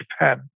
Japan